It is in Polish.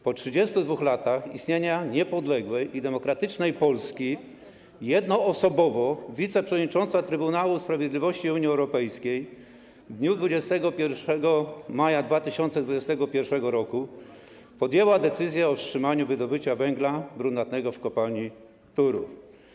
Po 32 latach istnienia niepodległej i demokratycznej Polski jednoosobowo wiceprzewodnicząca Trybunału Sprawiedliwości Unii Europejskiej w dniu 21 maja 2021 r. podjęła decyzję o wstrzymaniu wydobycia węgla brunatnego w kopalni Turów.